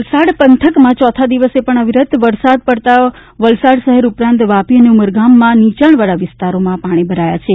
વલસાડ પંથકમાં ચોથા દિવસે પણ અવિરત વરસાદ પડતા વલસાડ શહેર ઉપરાંત વાપી અને ઉમરગામમાં નિચાણવાળા વિસ્તારમાં પાણી ભરાયા છે